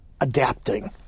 adapting